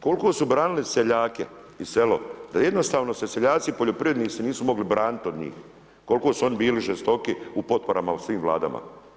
koliko su branili seljake i selo, da je jednostavno se seljaci i poljoprivrednici nisu mogli braniti od njih, koliko su oni bili žestoki u potporama u svim vladama.